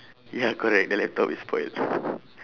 ya correct the laptop is spoiled